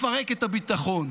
לפרק את הביטחון,